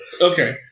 Okay